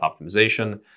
optimization